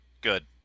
good